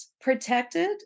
protected